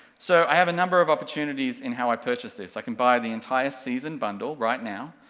so i have a number of opportunities in how i purchase this. i can buy the entire season bundle, right now,